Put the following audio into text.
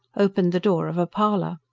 opened the door of a parlour.